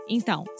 Então